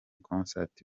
concert